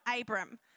Abram